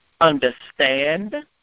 understand